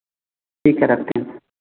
ठीक है रखते हैं